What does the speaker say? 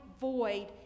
void